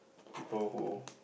people who